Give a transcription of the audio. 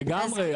נכון, לגמרי.